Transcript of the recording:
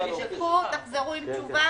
תבדקו תחזרו עם תשובה.